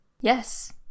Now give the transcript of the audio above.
Yes